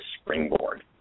springboard